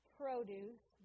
produce